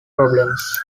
problems